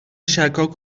شکاک